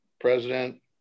president